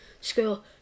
school